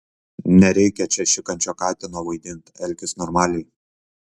nereikia čia šikančio katino vaidint elkis normaliai